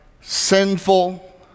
sinful